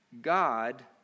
God